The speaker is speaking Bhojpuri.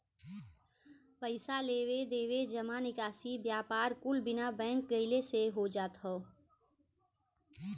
पइसा लेवे देवे, जमा निकासी, व्यापार कुल बिना बैंक गइले से हो जात हौ